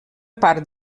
part